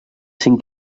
cinc